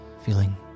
feeling